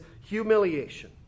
humiliation